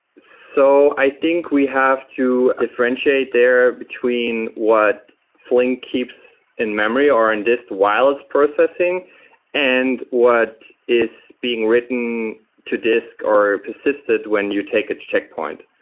so i think we have to differentiate there between what flink keeps in-memory or in disk while it's processing and what is being written to disk or persisted when you take it to checkpoint.